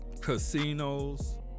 casinos